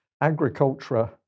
Agriculture